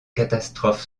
catastrophes